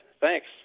Thanks